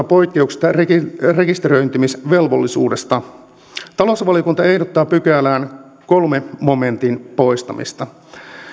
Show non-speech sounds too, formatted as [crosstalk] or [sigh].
[unintelligible] poikkeuksista rekisteröitymisvelvollisuudesta talousvaliokunta ehdottaa pykälän kolmannen momentin poistamista